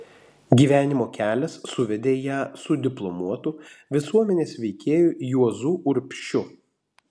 gyvenimo kelias suvedė ją su diplomuotu visuomenės veikėju juozu urbšiu